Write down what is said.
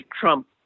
Trump